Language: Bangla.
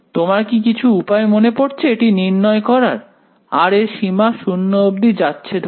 তোমার কি কিছু উপায় মনে পড়ছে এটি নির্ণয় করার r এর সীমা 0 অবধি যাচ্ছে ধরে